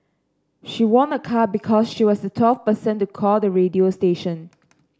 she won a car because she was the twelfth person to call the radio station